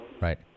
Right